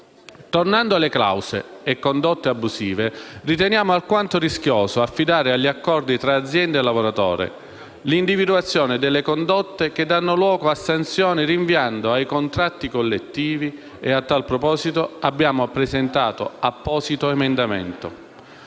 Tornando alle clausole e condotte abusive, riteniamo alquanto rischioso affidare agli accordi tra azienda e lavoratore l'individuazione delle condotte che danno luogo a sanzioni rinviando ai contratti collettivi, e a tal proposito abbiamo presentato apposito emendamento.